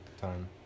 time